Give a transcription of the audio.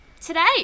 today